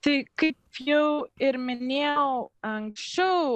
tai kaip jau ir minėjau anksčiau